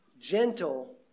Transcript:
Gentle